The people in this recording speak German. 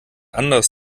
anders